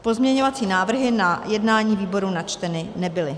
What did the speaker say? Pozměňovací návrhy na jednání výboru načteny nebyly.